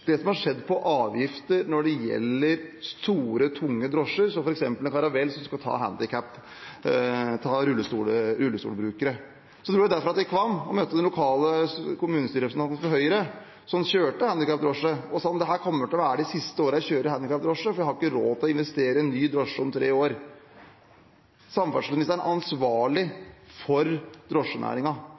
det som har skjedd når det gjelder avgifter på store, tunge drosjer, som f.eks. en Caravelle, som skal ta rullestolbrukere. Jeg dro derfra til Kvam og møtte den lokale kommunestyrerepresentanten fra Høyre, som kjørte handikapdrosje og sa: Dette kommer til å være de siste årene jeg kjører handikapdrosje, for jeg har ikke råd til å investere i en ny drosje om tre år. Samferdselsministeren er ansvarlig for